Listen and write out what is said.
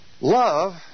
Love